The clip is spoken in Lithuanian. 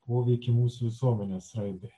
poveikį mūsų visuomenės raidai